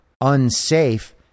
unsafe